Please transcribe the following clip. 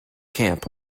camp